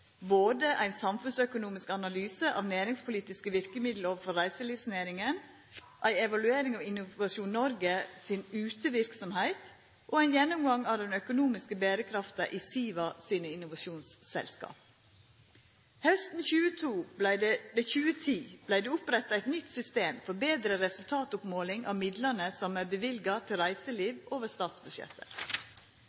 både ein samfunnsøkonomisk analyse av næringspolitiske verkemiddel overfor reiselivsnæringa, ei evaluering av Innovasjon Norge si uteverksemd, og ein gjennomgang av den økonomiske berekrafta i SIVA sine innovasjonsselskap. Hausten 2010 vart det oppretta eit nytt system for betre resultatmåling av midlane som er løyvde til